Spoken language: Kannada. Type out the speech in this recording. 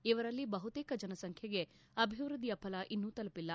ಇವರಲ್ಲಿ ಬಹುತೇಕ ಜನಸಂಖ್ಯೆಗೆ ಅಭಿವೃದ್ಧಿಯ ಫಲ ಇನ್ನೂ ತಲುಪಿಲ್ಲ